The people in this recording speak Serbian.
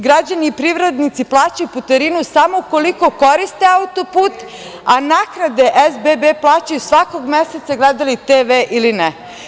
Građani i privrednici plaćaju putarinu samo ukoliko koriste autoput, a naknade SBB plaćaju svakog meseca i gledali TV ili ne.